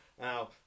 Now